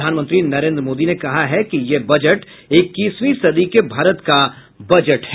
प्रधानमंत्री नरेंद्र मोदी ने कहा है कि यह बजट इक्कीसवीं सदी के भारत का बजट है